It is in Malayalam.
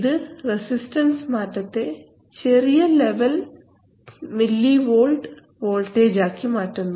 ഇത് റസിസ്റ്റൻസ് മാറ്റത്തെ ചെറിയ ലെവൽ മില്ലി വോൾട്ട് വോൾട്ടേജ് ആക്കി മാറ്റുന്നു